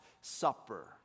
supper